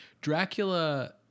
Dracula